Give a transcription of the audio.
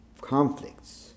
conflicts